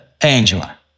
Angela